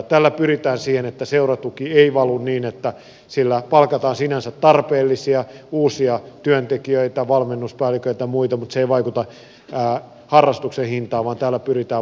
tällä pyritään siihen että seuratuki ei valu niin että sillä palkataan sinänsä tarpeellisia uusia työntekijöitä valmennuspäälliköitä ja muita ilman että se vaikuttaa harrastuksen hintaan vaan tällä pyritään vaikuttamaan hintaan